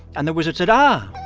and the wizard said, um ah,